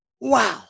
Wow